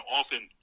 often